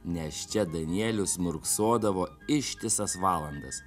nes čia danielius murksodavo ištisas valandas